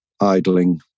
idling